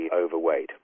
overweight